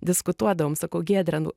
diskutuodavom sakau giedre nu